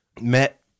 met